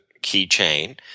keychain